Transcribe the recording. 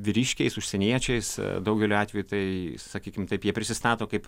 vyriškiais užsieniečiais daugeliu atveju tai sakykim taip jie prisistato kaip